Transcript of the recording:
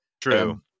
True